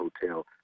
hotel